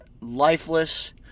Lifeless